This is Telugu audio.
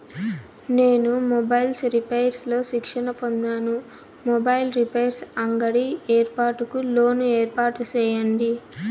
నేను మొబైల్స్ రిపైర్స్ లో శిక్షణ పొందాను, మొబైల్ రిపైర్స్ అంగడి ఏర్పాటుకు లోను ఏర్పాటు సేయండి?